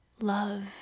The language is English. Love